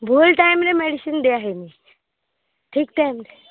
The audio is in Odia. ଭୁଲ ଟାଇମ୍ରେ ମେଡିସିନ୍ ଦିଆ ହୋଇନି ଠିକ ଟାଇମ୍ରେ